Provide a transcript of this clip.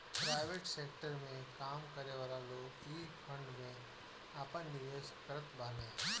private sector में काम करेवाला लोग इ फंड में आपन निवेश करत बाने